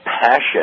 passion